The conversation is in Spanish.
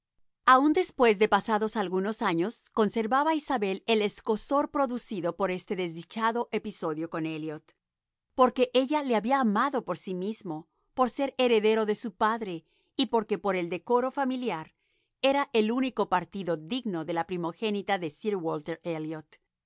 aun después de pasados algunos años conservaba isabel el escozor producido por este desdichado episodio con elliot porque ella le había amado por sí mismo por ser heredero de su padre y porque para el decoro familiar era el único partido digno de la primogénita de sir